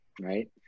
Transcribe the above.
Right